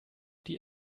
die